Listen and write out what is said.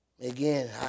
Again